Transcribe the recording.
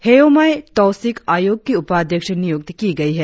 हेयोमाय तौसिक आयोग की उपाध्यक्ष नियुक्त की गई है